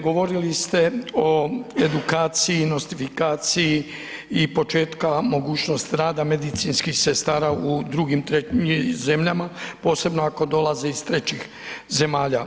Govorili ste o edukaciji i nostrifikaciji i početka mogućnost rada medicinskih sestara u drugim, trećim, zemljama, posebno ako dolaze iz trećih zemalja.